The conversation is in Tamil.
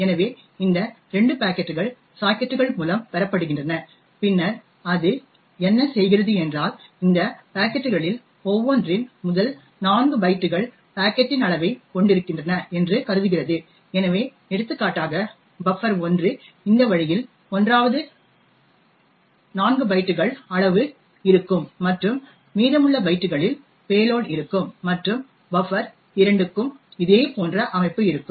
எனவே இந்த 2 பாக்கெட்டுகள் சாக்கெட்டுகள் மூலம் பெறப்படுகின்றன பின்னர் அது என்ன செய்கிறது என்றால் இந்த பாக்கெட்டுகளில் ஒவ்வொன்றின் முதல் 4 பைட்டுகள் பாக்கெட்டின் அளவைக் கொண்டிருக்கின்றன என்று கருதுகிறது எனவே எடுத்துக்காட்டாக பஃபர் 1 இந்த வழியில் 1வது 4பைட்டுகள் அளவு இருக்கும் மற்றும் மீதமுள்ள பைட்டுகளில் பேலோட் இருக்கும் மற்றும் பஃபர் 2 க்கும் இதே போன்ற அமைப்பு இருக்கும்